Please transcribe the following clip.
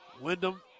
Wyndham